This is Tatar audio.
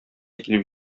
килеп